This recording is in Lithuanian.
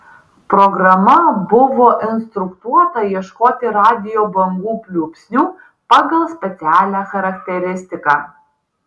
programa buvo instruktuota ieškoti radijo bangų pliūpsnių pagal specialią charakteristiką